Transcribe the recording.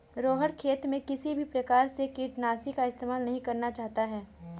रोहण खेत में किसी भी प्रकार के कीटनाशी का इस्तेमाल नहीं करना चाहता है